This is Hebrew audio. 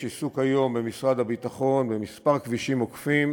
יש עיסוק היום במשרד הביטחון בכמה כבישים עוקפים,